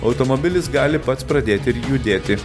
automobilis gali pats pradėti ir judėti